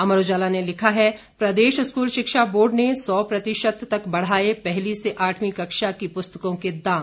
अमर उजाला ने लिखा है प्रदेश स्कूल शिक्षा बोर्ड ने सौ प्रतिशत तक बढ़ाए पहली से आठवीं कक्षा की पुस्तकों के दाम